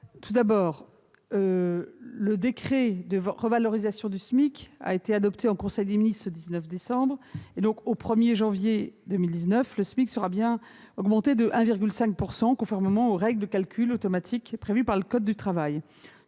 Sur le fond, le décret de revalorisation du SMIC a été adopté en conseil des ministres le 19 décembre dernier. Au 1 janvier 2019, le SMIC sera bien augmenté de 1,5 %, conformément aux règles de calcul automatiques prévues par le code du travail.